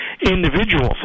individuals